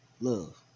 love